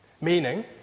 Meaning